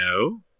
no